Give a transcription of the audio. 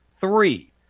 three